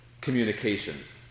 communications